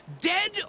dead